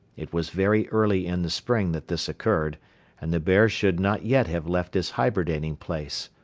it was very early in the spring that this occurred and the bear should not yet have left his hibernating place.